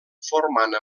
formant